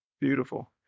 Beautiful